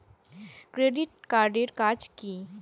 Credit card এর কাজ কি?